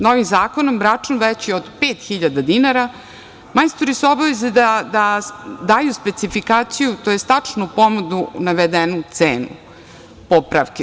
Novim zakonom račun veći od 5.000 dinara, majstori su u obavezi da daju specifikaciju tj. tačnu ponudu, navedenu u cenu popravke.